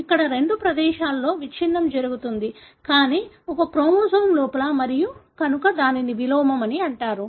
ఇక్కడ రెండు ప్రదేశాలలో విచ్ఛిన్నం జరుగుతుంది కానీ ఒకే క్రోమోజోమ్ లోపల మరియు కనుక దీనిని విలోమం అంటారు